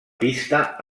pista